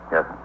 Yes